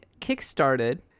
kickstarted